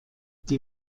die